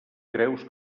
creus